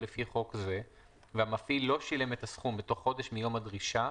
לפי חוק זה והמפעיל לא שילם את הסכום בתוך חודש מיום הדרישה,